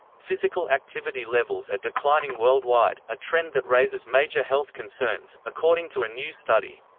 physical activity levels are declining worldwide, a trend that raises major health concerns, according to a new study.